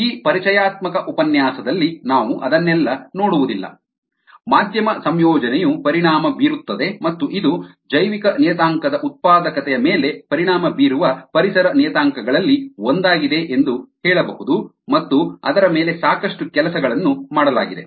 ಈ ಪರಿಚಯಾತ್ಮಕ ಉಪನ್ಯಾಸದಲ್ಲಿ ನಾವು ಅದನ್ನೆಲ್ಲಾ ನೋಡುವುದಿಲ್ಲ ಮಾಧ್ಯಮ ಸಂಯೋಜನೆಯು ಪರಿಣಾಮ ಬೀರುತ್ತದೆ ಮತ್ತು ಇದು ಜೈವಿಕ ನಿಯತಾಂಕದ ಉತ್ಪಾದಕತೆಯ ಮೇಲೆ ಪರಿಣಾಮ ಬೀರುವ ಪರಿಸರ ನಿಯತಾಂಕಗಳಲ್ಲಿ ಒಂದಾಗಿದೆ ಎಂದು ಹೇಳಬಹುದು ಮತ್ತು ಅದರ ಮೇಲೆ ಸಾಕಷ್ಟು ಕೆಲಸಗಳನ್ನು ಮಾಡಲಾಗಿದೆ